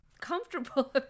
comfortable